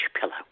pillow